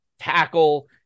tackle